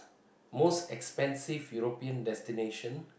most expensive European destination